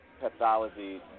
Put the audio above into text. pathology